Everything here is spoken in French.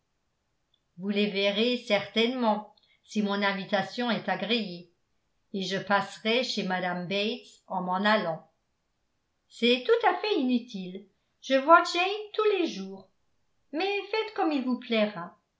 vous les verrez certainement si mon invitation est agréée et je passerai chez mme bates en m'en allant c'est tout à fait inutile je vois jane tous les jours mais faites comme il vous plaira